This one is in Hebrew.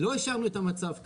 לא השארנו את המצב ככה.